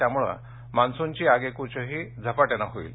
त्यामुळे मान्सुनची आगेकुचही झपाट्यानं होईल